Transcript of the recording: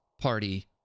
party